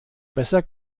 besser